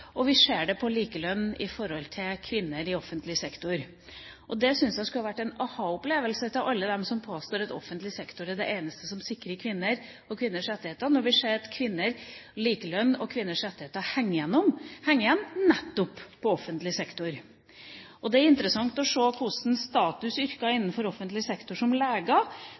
igjen. Vi ser det både på midlertidige ansettelser innen høyere utdanning, på kvinneandelen i stillinger innenfor akademia og på likelønn når det gjelder kvinner i offentlig sektor. Jeg syns det burde være en aha-opplevelse for alle dem som påstår at offentlig sektor er den eneste som sikrer kvinner og kvinners rettigheter, at kvinners likelønn og kvinners rettigheter henger igjen i nettopp offentlig sektor. Og det er interessant å se på statusyrker innenfor offentlig sektor.